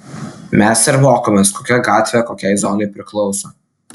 mes ir mokomės kokia gatvė kokiai zonai priklauso